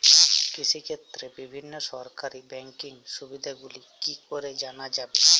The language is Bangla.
কৃষিক্ষেত্রে বিভিন্ন সরকারি ব্যকিং সুবিধাগুলি কি করে জানা যাবে?